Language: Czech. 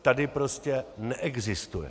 Tady prostě neexistuje.